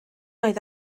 oedd